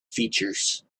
features